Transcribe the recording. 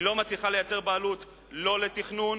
היא לא מצליחה לייצר בעלות לא על תכנון